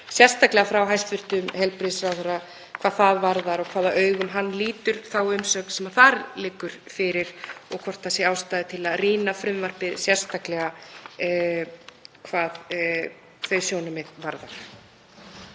sérstaklega frá hæstv. heilbrigðisráðherra hvað það varðar og hvaða augum hann lítur þá umsögn sem liggur fyrir og hvort það sé ástæða til að rýna frumvarpið sérstaklega hvað þau sjónarmið varðar.